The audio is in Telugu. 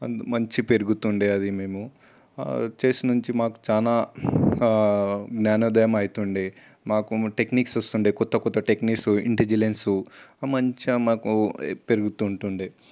అందు మంచిగ పేరుగుతుండే అది మేము చెస్ నుంచి మాకు చాలా జ్ఞానోదయం అయితు ఉండే నాకు టెక్నిక్స్ వస్తుండే కొత్త కొత్త టెక్నిక్స్ ఇంటిలిజెన్సు మంచిగా మాకు పెరుగుతు ఉంటుండే